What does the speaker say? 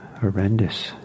horrendous